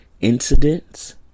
Incidents